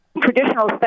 traditional